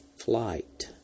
flight